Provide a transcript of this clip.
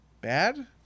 bad